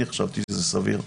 אני חשבתי שזה סביר.